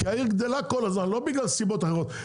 כי העיר גדלה כל הזמן, לא בגלל סיבות אחרות.